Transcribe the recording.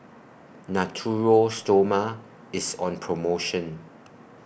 Natura Stoma IS on promotion